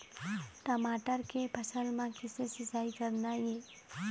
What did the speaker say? टमाटर के फसल म किसे सिचाई करना ये?